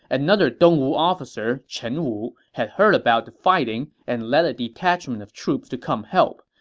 another dongwu officer, chen wu, had heard about the fighting and led a detachment of troops to come help.